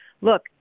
Look